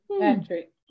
Patrick